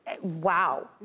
wow